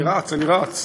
אני רץ, אני רץ.